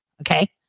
Okay